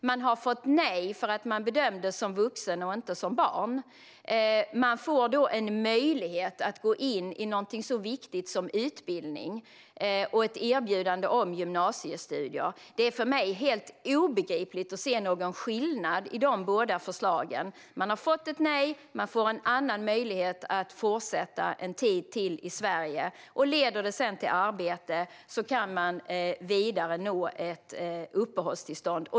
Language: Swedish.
Man har fått nej för att man bedömdes som vuxen och inte som barn. Man får då en möjlighet att gå in i någonting så viktigt som utbildning och ett erbjudande om gymnasiestudier. Det är för mig helt obegripligt att se någon skillnad i dessa båda förslag. Man har fått ett nej, man får en annan möjlighet att fortsätta en tid till i Sverige. Om det sedan leder till arbete kan man få ett uppehållstillstånd.